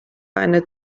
eine